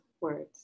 words